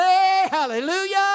hallelujah